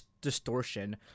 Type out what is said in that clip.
distortion